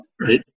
right